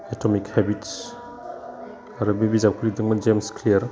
atomic habits आरो बे बिजाबखौ लिरदोंमोन जेम्स क्लियार